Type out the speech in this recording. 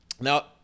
Now